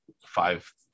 five